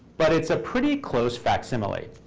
but it's a pretty close facsimile.